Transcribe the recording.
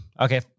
Okay